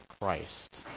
Christ